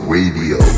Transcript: Radio